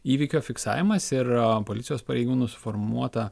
įvykio fiksavimas ir policijos pareigūnų suformuota